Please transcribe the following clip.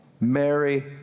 Mary